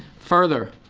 further,